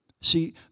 See